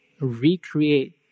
recreate